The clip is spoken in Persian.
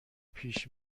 پیش